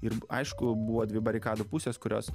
ir aišku buvo dvi barikadų pusės kurios